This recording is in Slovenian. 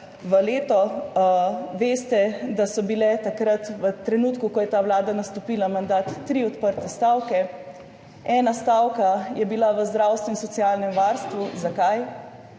v leto. Veste, da so bile takrat v trenutku, ko je ta vlada nastopila mandat, tri odprte stavke. Ena stavka je bila v zdravstvu in socialnem varstvu – zakaj?